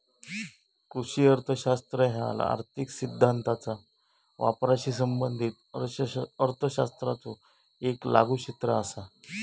कृषी अर्थशास्त्र ह्या आर्थिक सिद्धांताचा वापराशी संबंधित अर्थशास्त्राचो येक लागू क्षेत्र असा